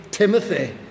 Timothy